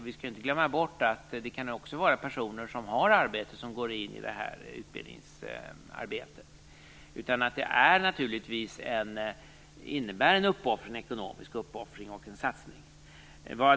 Vi skall inte glömma bort att också personer som har arbete kan gå in i det här utbildningsarbetet. Det innebär naturligtvis en ekonomisk uppoffring och en satsning.